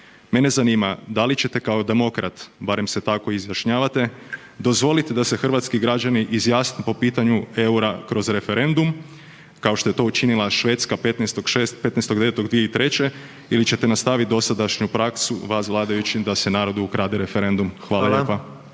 Mene zanima da li ćete kao demokrat, barem se tako izjašnjavate, dozvoliti da se hrvatski građani izjasne po pitanju EUR-a kroz referendum kao što je to učinila Švedska 15.6., 15.9.2003. ili ćete nastaviti dosadašnju praksu vas vladajućih da se narodu ukrade referendum? Hvala lijepa.